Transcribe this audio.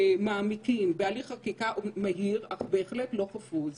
מעמיקים בו באופן מהיר אך לא חפוז.